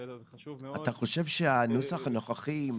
זה חשוב מאוד --- אתה חושב שהנוסח הנוכחי,